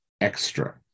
extra